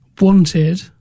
wanted